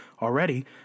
already